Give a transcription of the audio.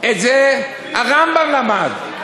את זה הרמב"ם למד.